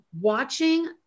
watching